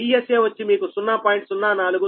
DSA వచ్చి మీకు 0